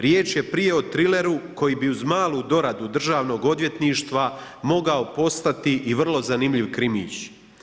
Riječ je prije o trileru koji bi uz malu doradu državnog odvjetništva mogao postati i vrlo zanimljiv krimić.